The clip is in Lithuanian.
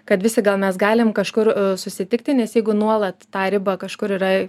kad visi gal mes galim kažkur susitikti nes jeigu nuolat tą ribą kažkur yra